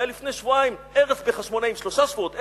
היה לפני שבועיים הרס בחשמונאים, שלושה שבועות.